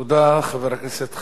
יושב-ראש ועדת העבודה,